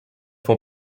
font